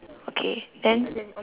okay then